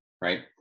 right